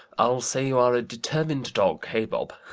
i'll say you are a determined dog hey, bob!